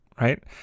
right